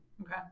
Okay